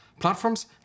Platforms